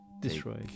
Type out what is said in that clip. Destroy